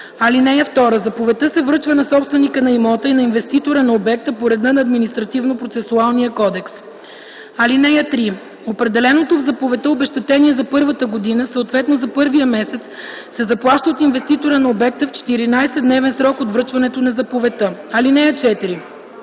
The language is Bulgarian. имота. (2) Заповедта се връчва на собственика на имота и на инвеститора на обекта по реда на Административнопроцесуалния кодекс. (3) Определеното в заповедта обезщетение за първата година, съответно за първия месец, се заплаща от инвеститора на обекта в 14-дневен срок от връчването на заповедта. (4)